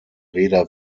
rheda